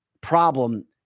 problem